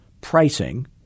pricing